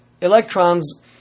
electrons